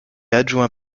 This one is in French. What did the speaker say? adjoint